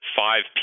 five